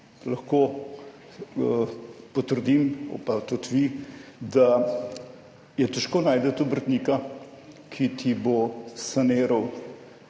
Lahko potrdim, pa tudi vi, da je težko najti obrtnika, ki ti bo saniral